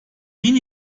bin